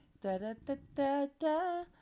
Da-da-da-da-da